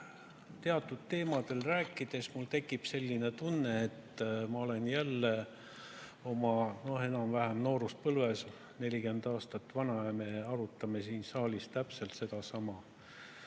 Teatud teemadel rääkides mul tekib selline tunne, et ma olen jälle enam-vähem oma nooruspõlves, 40 aastat vana ja me arutame siin saalis täpselt sedasama,